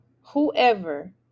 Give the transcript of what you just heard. whoever